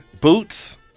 boots